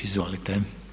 Izvolite.